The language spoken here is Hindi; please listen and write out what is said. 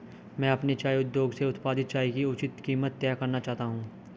मैं अपने चाय उद्योग से उत्पादित चाय की उचित कीमत तय करना चाहता हूं